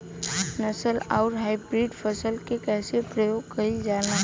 नस्ल आउर हाइब्रिड फसल के कइसे प्रयोग कइल जाला?